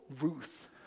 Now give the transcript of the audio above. Ruth